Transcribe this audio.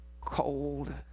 cold